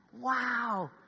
Wow